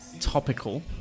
topical